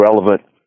relevant